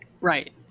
Right